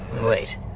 Wait